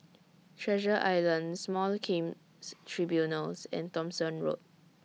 Treasure Island Small Claims Tribunals and Thomson Road